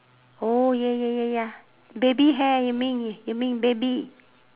oh ya ya ya ya baby hair you mean is you mean baby